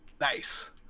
Nice